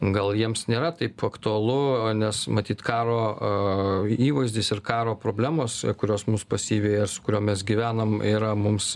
gal jiems nėra taip aktualu nes matyt karo įvaizdis ir karo problemos kurios mus pasiveja su kuriom mes gyvenam yra mums